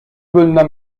bölümden